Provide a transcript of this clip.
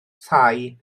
thai